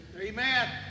Amen